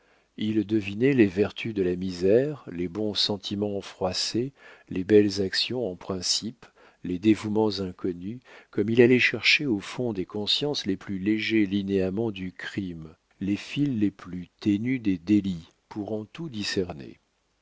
il devinait les vertus de la misère les bons sentiments froissés les belles actions en principe les dévouements inconnus comme il allait chercher au fond des consciences les plus légers linéaments du crime les fils les plus ténus des délits pour en tout discerner